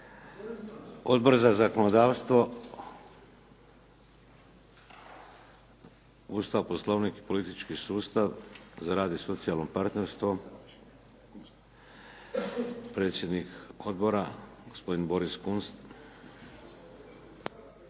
Odbor za zakonodavstvo, Ustav, Poslovnik i politički sustav, za rad i socijalno partnerstvo. Predsjednik odbora gospodin Boris Kunst.